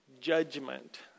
judgment